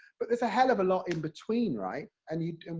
but there's a hell of a lot in between, right? and you,